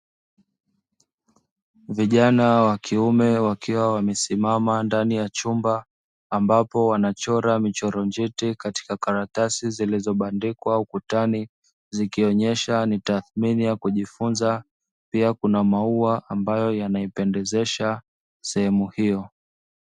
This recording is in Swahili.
Vijana wa kiume wakiwa wamesimama ndani ya chumba ambapo wanachora michoro njiti katika karatasi zilizobandikwa ukutani, zikionyesha ni tathmini ya kujifunza pia kuna maua ambayo yanaipendezesha sehemu hiyo.